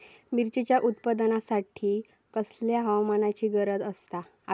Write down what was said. मिरचीच्या उत्पादनासाठी कसल्या हवामानाची गरज आसता?